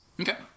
okay